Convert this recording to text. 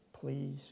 please